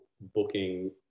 booking